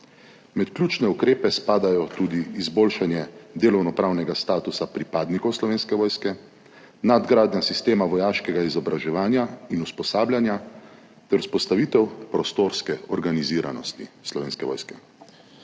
Med ključne ukrepe spadajo tudi izboljšanje delovnopravnega statusa pripadnikov Slovenske vojske, nadgradnja sistema vojaškega izobraževanja in usposabljanja ter vzpostavitev prostorske organiziranosti Slovenske vojske.